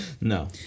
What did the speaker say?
no